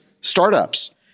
startups